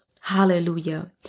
Hallelujah